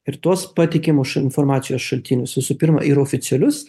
ir tuos patikimus š informacijos šaltinius visų pirma ir oficialius